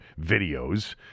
videos